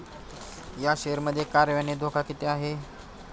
या शेअर मध्ये कार्यान्वित धोका किती आहे?